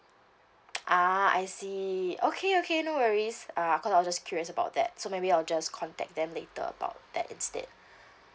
ah I see okay okay no worries err cause I was just curious about that so maybe I'll just contact them later about that instead